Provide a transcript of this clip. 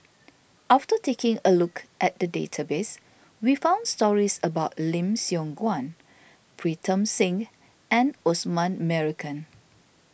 after taking a look at the database we found stories about Lim Siong Guan Pritam Singh and Osman Merican